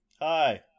Hi